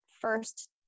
first